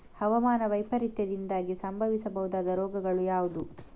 ಹವಾಮಾನ ವೈಪರೀತ್ಯದಿಂದಾಗಿ ಸಂಭವಿಸಬಹುದಾದ ರೋಗಗಳು ಯಾವುದು?